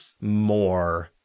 more